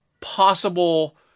possible